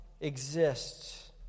exists